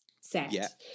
set